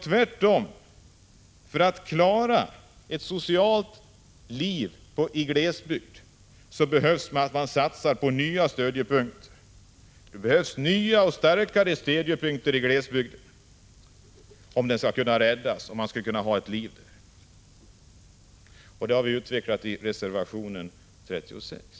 Tvärtom: för att klara ett socialt liv i glesbygden behövs det att man satsar på nya stödjepunkter. Det behövs nya och starkare stödjepunkter för att rädda glesbygden och för att man skall Prot. 1985/86:148 kunna ha ett liv där. Det har vi utvecklat i reservation 36.